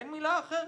אין מילה אחרת.